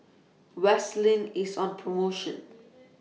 Vaselin IS on promotion